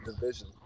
division